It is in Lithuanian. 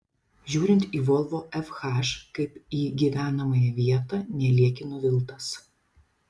žiūrint į volvo fh kaip į gyvenamąją vietą nelieki nuviltas